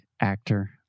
actor